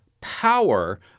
power